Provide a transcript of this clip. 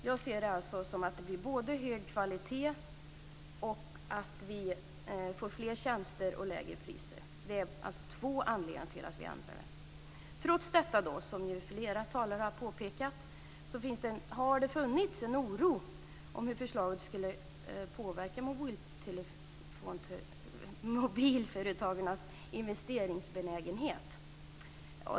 Jag ser det alltså som att det blir både hög kvalitet, fler tjänster och lägre priser. Det är alltså anledningarna till att vi ändrar lagen. Trots detta har det, som flera talare har påpekat, funnits en oro för hur förslaget skulle påverka mobilteleföretagens investeringsbenägenhet.